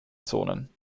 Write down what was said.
zonen